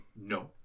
No